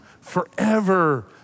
forever